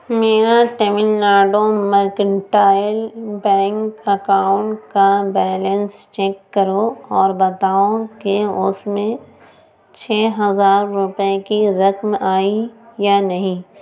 میرا Tamil Nadu mercantile bank account کا balance check کرو اور بتاؤ کہ اس میں چھ ہزار روپئے کی رقم آئی یا نہیں